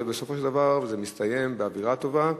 ובסופו של דבר זה מסתיים באווירה טובה,